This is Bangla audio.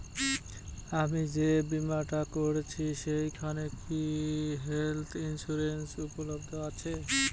আমি যে বীমাটা করছি সেইখানে কি হেল্থ ইন্সুরেন্স উপলব্ধ আছে?